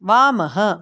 वामः